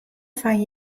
fan